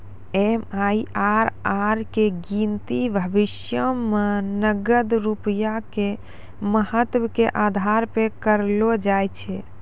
MIRR के गिनती भविष्यो मे नगद रूपया के महत्व के आधार पे करलो जाय छै